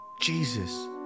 Jesus